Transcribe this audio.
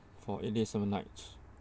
for eight days seven nights